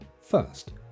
first